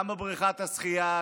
גם בבריכת השחייה,